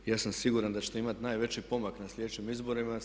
Ja sam siguran da ćete imati najveći pomak na sljedećim izborima.